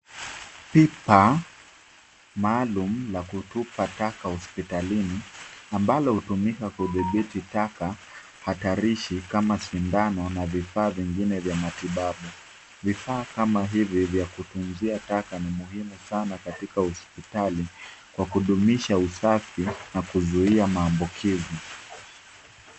Pipa maalum la kutupa taka hospitalini, ambalo hutumika kuthibiti taka hatarashi kama sidano na vivafaa vingine vya matibabu. Vifaa kama hivi vya kutunzia taka ni muhimu sana katika hospitali kwa kutumisha usafi na kuzuia maambukizi.